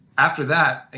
after that,